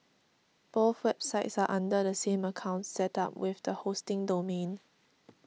both websites are under the same account set up with the hosting domain